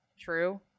true